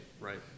right